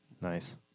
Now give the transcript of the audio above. Nice